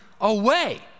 away